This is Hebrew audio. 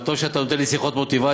אבל טוב שאתה נותן לי שיחות מוטיבציה.